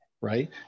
right